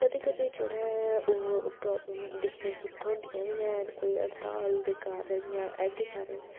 कदें कदें जेह्ड़ा ऐ ओह् प्राब्लम दिक्खने गी थोंह्दियां बी हैन कोई हड़ताल दे कारण जां